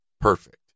perfect